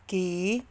ਕੀ